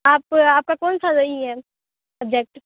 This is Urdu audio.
آپ آپ کا کون سا سبجیکٹ